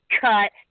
cut